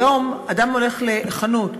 היום אדם הולך לחנות,